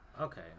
Okay